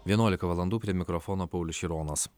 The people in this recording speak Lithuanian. vienuolika valandų prie mikrofono paulius šironas